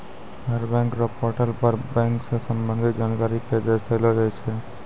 हर bank र portal पर bank स संबंधित जानकारी क दर्शैलो जाय छै